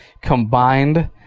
combined